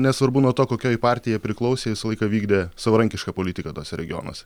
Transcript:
nesvarbu nuo to kokiai jie partijai priklausė visą laiką vykdė savarankišką politiką tuose regionuose